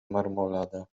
marmolada